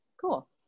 Cool